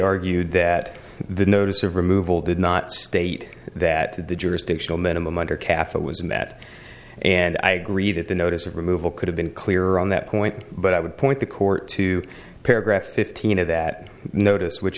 argued that the notice of removal did not state that the jurisdictional minimum under cathal was met and i agree that the notice of removal could have been clear on that point but i would point the court to paragraph fifteen of that notice which